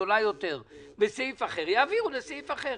גדולה יותר בסעיף אחר, יעבירו לסעיף אחר.